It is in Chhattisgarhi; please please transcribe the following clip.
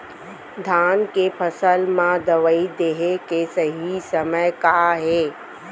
धान के फसल मा दवई देहे के सही समय का हे?